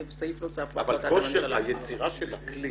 כושר היצירה של הכלי